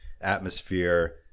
atmosphere